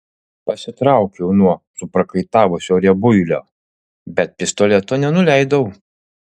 pasitraukiau nuo suprakaitavusio riebuilio bet pistoleto nenuleidau